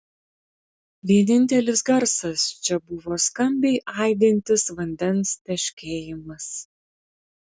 vienintelis garsas čia buvo skambiai aidintis vandens teškėjimas